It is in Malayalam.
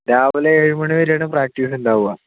രാവിലെ ഏഴു മണി വരെയാണ് പ്രാക്ട്ടീസ് ഉണ്ടാവുക